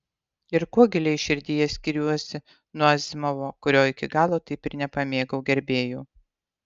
ir kuo giliai širdyje skiriuosi nuo azimovo kurio iki galo taip ir nepamėgau gerbėjų